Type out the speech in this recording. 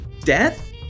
death